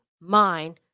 mind